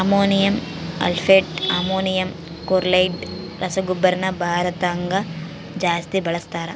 ammonium sulphate, ammonium chloride ರಸಗೊಬ್ಬರನ ಭಾರತದಗ ಜಾಸ್ತಿ ಬಳಸ್ತಾರ